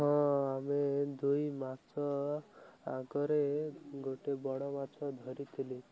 ହଁ ଆମେ ଦୁଇ ମାଛ ଆଗରେ ଗୋଟେ ବଡ଼ ମାଛ ଧରିଥିଲି